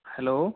hello